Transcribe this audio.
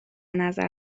نظر